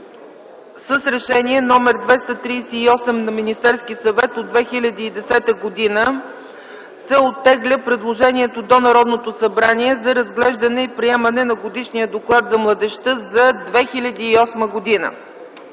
с Решение № 238 на Министерския съвет от 2010 г. се оттегля предложението до Народното събрание за Разглеждане и приемане на Годишния доклад за младежта за 2008 г.